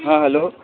हाँ हेलो